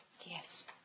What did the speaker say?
Yes